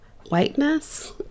whiteness